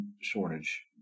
shortage